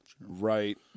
Right